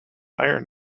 iron